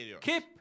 Keep